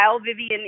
Vivian